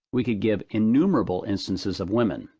we could give innumerable instances of women,